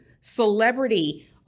celebrity